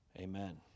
Amen